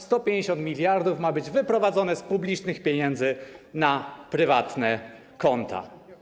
150 mld ma być wyprowadzone z publicznych pieniędzy na prywatne konta.